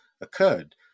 occurred